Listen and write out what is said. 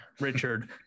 Richard